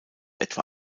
etwa